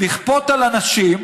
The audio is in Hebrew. לכפות על אנשים